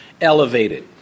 elevated